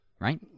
right